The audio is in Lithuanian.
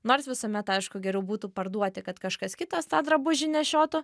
nors visuomet aišku geriau būtų parduoti kad kažkas kitas tą drabužį nešiotų